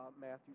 Matthew